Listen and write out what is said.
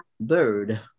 bird